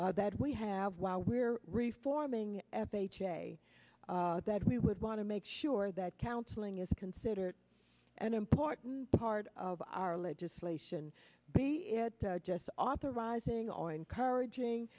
that we have while we're reforming f h a that we would want to make sure that counseling is considered an important part of our legislation be it just authorizing or encouraging